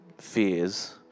fears